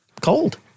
cold